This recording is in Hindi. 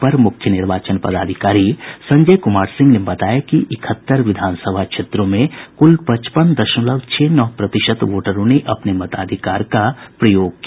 अपर मुख्य निर्वाचन पदाधिकारी संजय कुमार सिंह ने बताया कि इकहत्तर विधानसभा क्षेत्रों में कुल पचपन दशमलव छह नौ प्रतिशत वोटरों ने अपने मताधिकार का प्रयोग किया